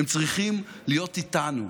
הם צריכים להיות איתנו.